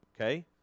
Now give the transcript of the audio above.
okay